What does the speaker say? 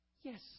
yes